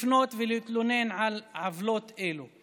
לפנות ולהתלונן על עוולות אלה.